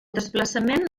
desplaçament